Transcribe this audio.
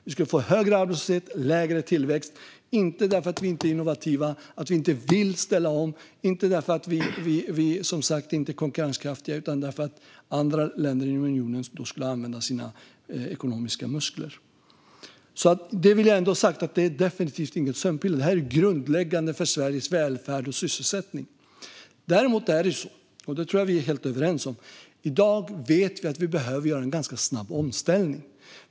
Vi skulle få högre arbetslöshet och lägre tillväxt - inte för att vi inte är innovativa, inte vill ställa om eller inte är konkurrenskraftiga utan därför att andra länder i unionen då skulle använda sina ekonomiska muskler. Jag vill alltså ha det sagt att detta definitivt inte är något sömnpiller. Det är grundläggande för Sveriges välfärd och sysselsättning. Däremot vet vi i dag, och det tror jag att vi är helt överens om, att vi behöver göra en ganska snabb omställning.